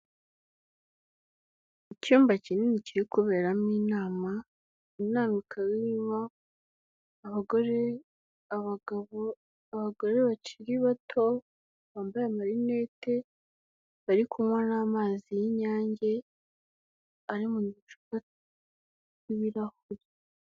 Icyumba kinini kiri kuberamo inama, inama ikaba irimo abagore, abagabo, abagore bakiri bato, bambaye amarinete, bari kunywa n'amazi y'Inyange ari mu ducupa tw'ibirahuri.